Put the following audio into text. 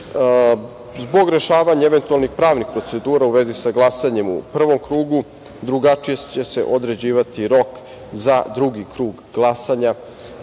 rešavanja eventualnih pravnih procedura u vezi sa glasanjem u prvom krugu, drugačije će se određivati rok za drugi krug glasanja.